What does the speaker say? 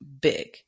big